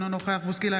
אינו נוכח מישל בוסקילה,